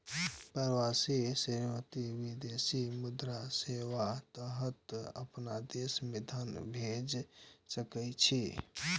प्रवासी श्रमिक विदेशी मुद्रा सेवाक तहत अपना देश मे धन भेज सकै छै